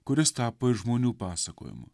kuris tapo iš žmonių pasakojimų